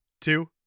two